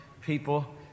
people